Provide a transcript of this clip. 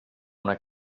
una